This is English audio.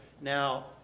Now